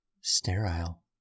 Sterile